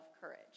courage